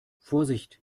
vorsicht